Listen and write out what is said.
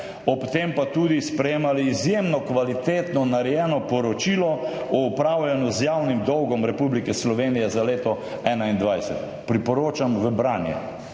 ob tem pa tudi sprejemali izjemno kvalitetno narejeno poročilo o upravljanju z javnim dolgom Republike Slovenije za leto 2021. Priporočam v branje,